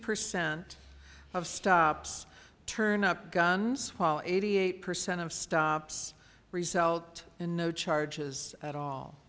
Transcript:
percent of stops turn up guns eighty eight percent of stops result in no charges at all